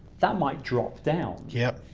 that might drop down. yep.